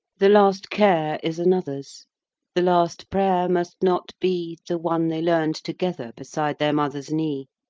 the last care is another's the last prayer must not be the one they learnt together beside their mother's knee.